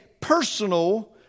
personal